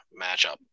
matchup